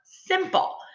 simple